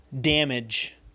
damage